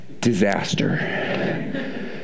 Disaster